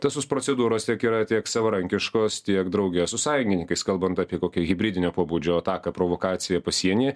tesus procedūrose tiek yra tiek savarankiškos tiek drauge su sąjungininkais kalbant apie kokią hibridinio pobūdžio ataką provokaciją pasienyje